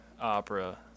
opera